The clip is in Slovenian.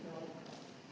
Hvala